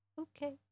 Okay